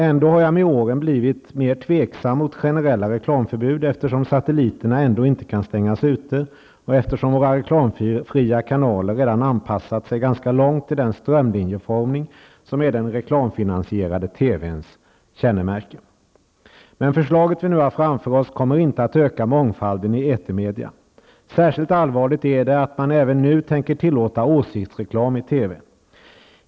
Ändå har jag med åren blivit mer tveksam till generella reklamförbud, eftersom satelliterna ändå inte kan stängas ute och eftersom våra reklamfria kanaler redan anpassat sig ganska långt till den strömlinjeformning som är den reklamfinansierade TVns kännemärke. Men förslaget som vi nu har framför oss kommer inte att öka mångfalden i etermedia. Särskilt allvarligt är det att man även nu tänker tillåta åsiktsreklam i TV.